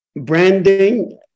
Branding